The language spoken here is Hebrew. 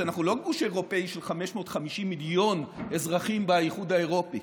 אנחנו לא גוש אירופי של 550 מיליון אזרחים באיחוד האירופי,